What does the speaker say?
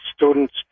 students